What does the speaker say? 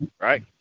right